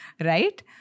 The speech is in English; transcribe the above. Right